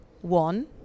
one